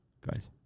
guys